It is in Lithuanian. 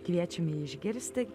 kviečiame išgirsti